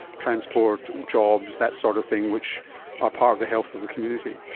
transport, jobs, that sort of thing, which are part of the health of the community.